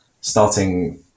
starting